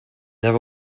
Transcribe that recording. never